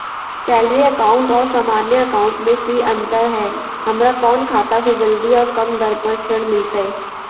Salary account और सामान्य account मे की अंतर है हमरा कौन खाता से जल्दी और कम दर पर ऋण मिलतय?